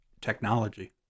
technology